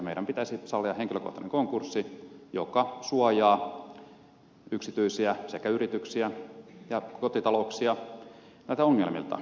meidän pitäisi sallia henkilökohtainen konkurssi joka suojaa yksityisiä sekä yrityksiä että kotitalouksia näiltä ongelmilta